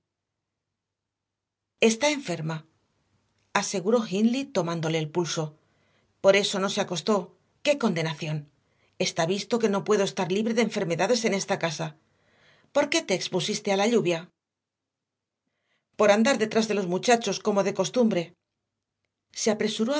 está enferma aseguró hindley tomándole el pulso por eso no se acostó qué condenación está visto que no puedo estar libre de enfermedades en esta casa por qué te expusiste a la lluvia por andar detrás de los muchachos como de costumbre se apresuró